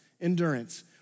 endurance